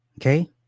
Okay